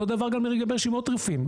אותו דבר גם לגבי רשימות הרופאים,